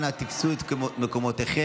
אנא תפסו את מקומותיכם.